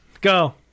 Go